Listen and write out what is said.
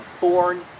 born